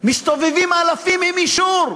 מסתובבים אלפים עם אישור.